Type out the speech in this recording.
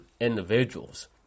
individuals